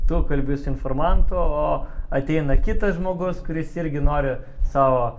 tu kalbi su informantu o ateina kitas žmogus kuris irgi nori savo